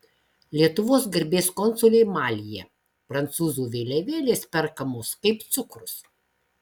lietuvos garbės konsulė malyje prancūzų vėliavėlės perkamos kaip cukrus